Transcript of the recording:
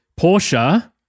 Porsche